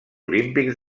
olímpics